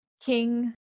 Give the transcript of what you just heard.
King